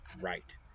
right